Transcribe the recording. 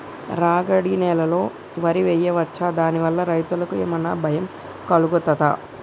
రాగడి నేలలో వరి వేయచ్చా దాని వల్ల రైతులకు ఏమన్నా భయం కలుగుతదా?